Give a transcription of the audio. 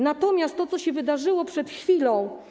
Natomiast to, co się wydarzyło przed chwilą.